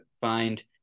find